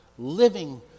living